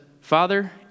Father